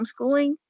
homeschooling